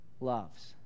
loves